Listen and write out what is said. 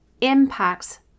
impacts